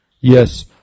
Yes